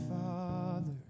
Father